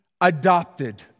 adopted